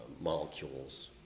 molecules